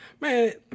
man